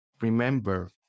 remember